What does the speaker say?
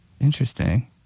interesting